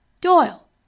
Doyle